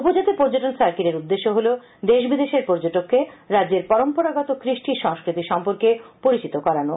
উপজাতি পর্যটন সার্কিটের উদ্দেশ্যে হল দেশ বিদেশের পর্যটককে রাজ্যের পরম্পরাগত কৃষ্টি সংস্কৃতি সম্পর্কে পরিচিত করানো